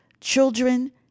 children